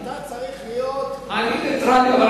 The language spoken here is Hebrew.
אדוני, אתה עכשיו נייטרלי.